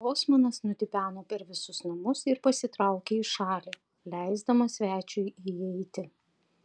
osmanas nutipeno per visus namus ir pasitraukė į šalį leisdamas svečiui įeiti